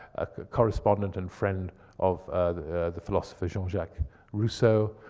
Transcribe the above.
a correspondent and friend of the philosopher jean jacque rousseau.